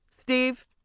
Steve